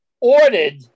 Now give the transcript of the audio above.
ordered